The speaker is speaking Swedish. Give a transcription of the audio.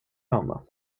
mamma